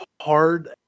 hard